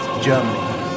Germany